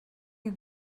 you